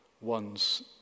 ones